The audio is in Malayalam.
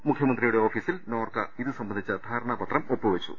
മുഖ്യമന്ത്രിയുടെ ഓഫീസിൽ നോർക്ക ഇതുസംബന്ധിച്ച ധാരണാപത്രം ഒപ്പുവെച്ചു